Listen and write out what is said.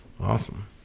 Awesome